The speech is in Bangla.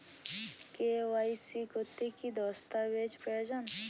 কে.ওয়াই.সি করতে কি দস্তাবেজ প্রয়োজন?